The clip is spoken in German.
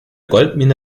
goldmine